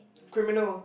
criminal